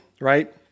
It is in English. right